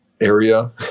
area